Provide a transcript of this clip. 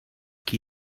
qui